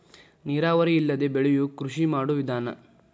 ನೇರಾವರಿ ಇಲ್ಲದೆ ಬೆಳಿಯು ಕೃಷಿ ಮಾಡು ವಿಧಾನಾ